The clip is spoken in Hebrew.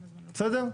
בסדר?